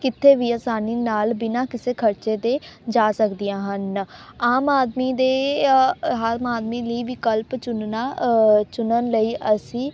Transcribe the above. ਕਿੱਥੇ ਵੀ ਅਸਾਨੀ ਨਾਲ ਬਿਨਾਂ ਕਿਸੇ ਖਰਚੇ ਦੇ ਜਾ ਸਕਦੀਆਂ ਹਨ ਆਮ ਆਦਮੀ ਦੇ ਹਰ ਆਦਮੀ ਲਈ ਵਿਕਲਪ ਚੁਣਨਾ ਚੁਣਨ ਲਈ ਅਸੀਂ